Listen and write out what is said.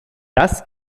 das